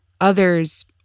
others